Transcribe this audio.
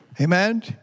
Amen